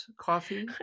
coffee